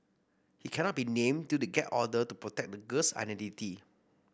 he cannot be named due to a gag order to protect the girl's identity